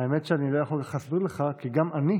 האמת שאני לא יכול כל כך להסביר לך, כי גם אני,